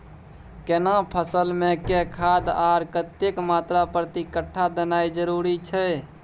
केना फसल मे के खाद आर कतेक मात्रा प्रति कट्ठा देनाय जरूरी छै?